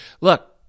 look